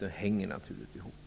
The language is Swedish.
Det hänger naturligt ihop.